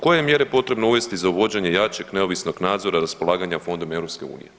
Koje je mjere potrebno uvesti za uvođenje jačeg neovisnog nadzora raspolaganja fondom EU?